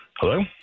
Hello